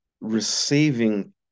receiving